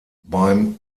beim